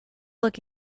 look